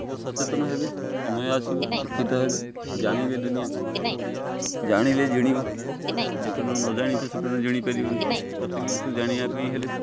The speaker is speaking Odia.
ଲୋକ ସଚେତନ ହେବେ ସମୟ ଆସିବ ଶିକ୍ଷିତ ହେବେ ଜାଣିବେ ଦୁନିଆ ଜାଣିଲେ ଜିଣିବ ଯେପର୍ଯ୍ୟନ୍ତ ନ ଜାଣିଛ ସେପର୍ଯ୍ୟନ୍ତ ଜିଣିପାରିବନି ପ୍ରତ୍ୟେକ ଜିନିଷକୁ ଜାଣିବା ପାଇଁ ହେଲେ